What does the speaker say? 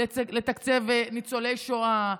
לתקצב ניצולי שואה,